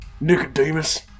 Nicodemus